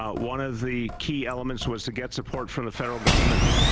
ah one of the key elements was to get support from the federal government,